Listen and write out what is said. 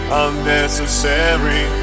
unnecessary